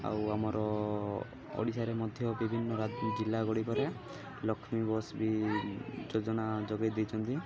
ଆଉ ଆମର ଓଡ଼ିଶାରେ ମଧ୍ୟ ବିଭିନ୍ନ ଜିଲ୍ଲା ଗୁଡ଼ିକରେ ଲକ୍ଷ୍ମୀ ବସ୍ ବି ଯୋଜନା ଯୋଗାଇ ଦେଇଛନ୍ତି